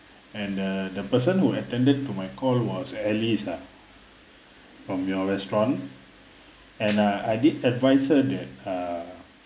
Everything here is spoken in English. and the the person who attended to my call was alice ah from your restaurant and uh I did advise her that err